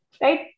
right